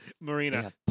Marina